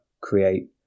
create